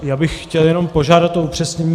Já bych chtěl jenom požádat o upřesnění.